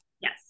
Yes